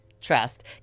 trust